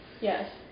Yes